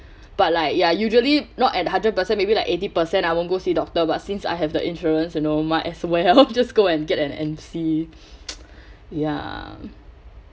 but like ya usually not at hundred percent maybe like eighty percent I won't go see doctor but since I have the insurance you know might as well just go and get an M_C ya